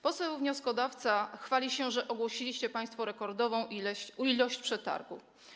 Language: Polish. Poseł wnioskodawca chwali się, że ogłosiliście państwo rekordową ilość przetargów.